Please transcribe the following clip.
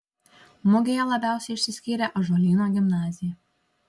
mugėje labiausiai išsiskyrė ąžuolyno gimnazija